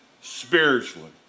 spiritually